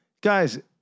Guys